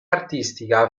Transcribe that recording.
artistica